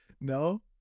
no